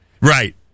right